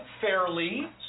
fairly